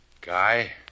Guy